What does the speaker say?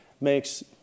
makes